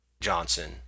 Johnson